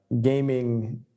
gaming